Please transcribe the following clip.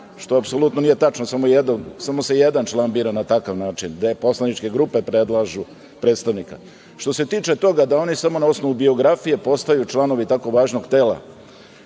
što apsolutno nije tačno. Samo se jedan član bira na takav način, gde poslaničke grupe predlažu predstavnika. Što se tiče toga da oni samo na osnovu biografije postaju članovi tako važnog tela,